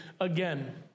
again